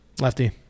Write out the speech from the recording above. Lefty